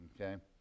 okay